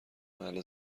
محل